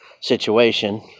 situation